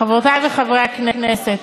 חברותי וחברי חברי הכנסת,